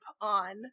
on